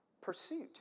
pursuit